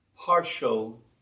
partial